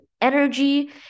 energy